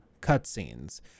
cutscenes